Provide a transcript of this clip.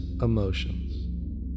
emotions